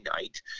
night